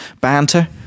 Banter